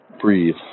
breathe